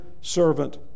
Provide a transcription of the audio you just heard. servant